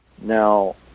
now